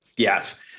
Yes